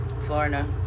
Florida